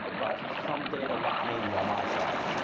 but some day the luck may be on my side.